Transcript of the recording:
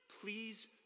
Please